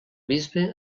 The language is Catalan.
bisbe